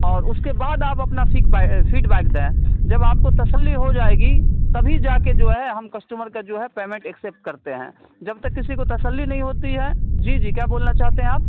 اور اس کے بعد آپ اپنا فیک بے فیڈ بیک دیں جب آپ کو تسلی ہو جائے گی تبھی جا کے جو ہے ہم کسٹمر کا جو ہے پیمنٹ ایکسپٹ کرتے ہیں جب تک کسی کو تسلی نہیں ہوتی ہے جی جی کیا بولنا چاہتے ہیں آپ